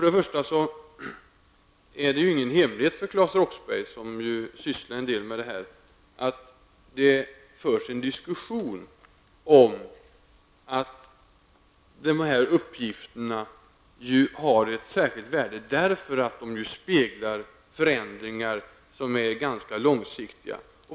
Det är ingen hemlighet för Claes Roxbergh, som ju sysslar en del med detta, att det förs en diskussion om att dessa uppgifter har ett särskilt värde, eftersom de speglar förändringar som är ganska långsiktiga.